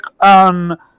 on